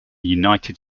united